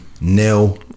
nil